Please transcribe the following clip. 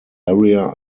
area